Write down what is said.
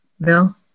Bill